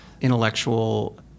intellectual